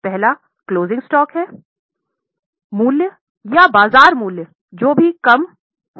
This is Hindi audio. पहला क्लोसिंग स्टॉक है मूल्य या बाजार मूल्य पर जो भी कम हो